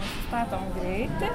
nusistatom greitį